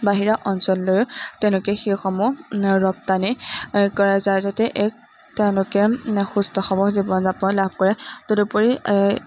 বাহিৰা অঞ্চললৈও তেওঁলোকে সেইসমূহ ৰপ্তানি কৰা যায় যাতে এক তেওঁলোকে সুস্থ সবল জীৱন যাপন লাভ কৰে তদুপৰি